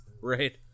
Right